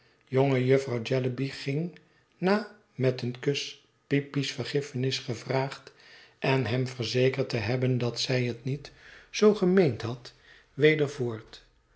jonge jufvrouw jellyby ging na met een kus peepy's vergiffenis gevraagd en hem verzekerd te hebben dat zij het niet zoo gemeend had weder voort